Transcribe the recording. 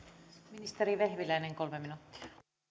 ministeri vehviläinen kolme minuuttia